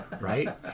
Right